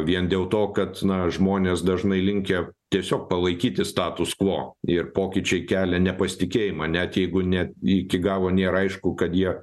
vien dėl to kad žmonės dažnai linkę tiesiog palaikyti status kvo ir pokyčiai kelia nepasitikėjimą net jeigu ne iki galo nėra aišku kad jie